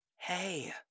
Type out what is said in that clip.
Hey